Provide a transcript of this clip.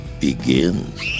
begins